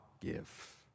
give